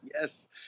Yes